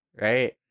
right